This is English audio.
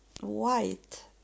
white